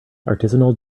artisanal